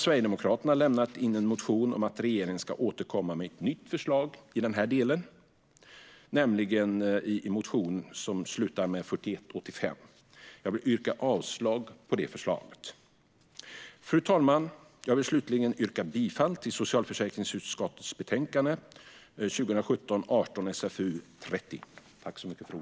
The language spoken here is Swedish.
Sverigedemokraterna har lämnat in en motion om att regeringen ska återkomma med ett nytt förslag i den här delen, nämligen motion 2017 18:SfU30.